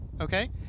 okay